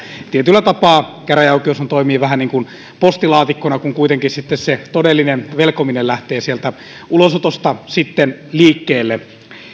tietyllä tapaa käräjäoikeushan toimii vähän niin kuin postilaatikkona kun kuitenkin se todellinen velkominen lähtee sitten sieltä ulosotosta liikkeelle